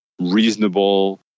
reasonable